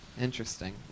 Interesting